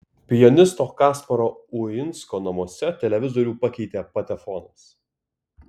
pianisto kasparo uinsko namuose televizorių pakeitė patefonas